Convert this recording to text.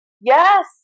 Yes